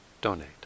donate